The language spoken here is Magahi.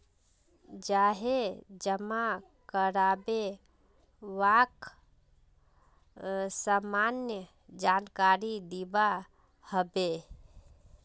जाहें जमा कारबे वाक सामान्य जानकारी दिबा हबे